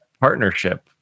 partnership